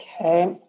Okay